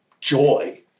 joy